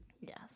Yes